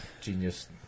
genius